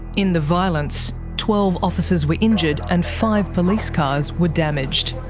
in the violence, twelve officers were injured and five police cars were damaged.